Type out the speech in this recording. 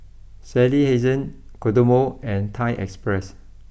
Sally Hansen Kodomo and Thai Express